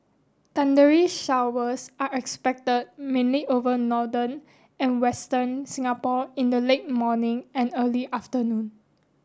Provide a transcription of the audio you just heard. thundery showers are expect mainly over northern and western Singapore in the late morning and early afternoon